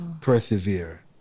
Persevere